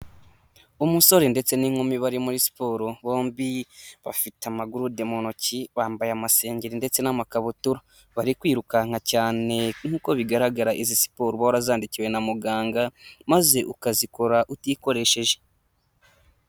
Umusore ndetse n'inkumi bari muri siporo, bombi bafite amagurude mu ntoki bambaye amasengeri ndetse n'amakabutura, bari kwirukanka cyane nk'uko bigaragara izi siporo uba warazandikiwe na muganga maze ukazikora utikoresheje.